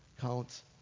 counts